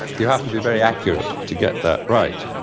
you have to be very accurate to get that right.